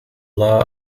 law